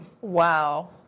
Wow